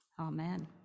Amen